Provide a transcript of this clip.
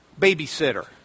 babysitter